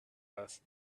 earth